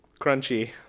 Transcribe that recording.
crunchy